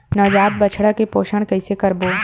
नवजात बछड़ा के पोषण कइसे करबो?